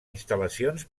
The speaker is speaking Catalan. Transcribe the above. instal·lacions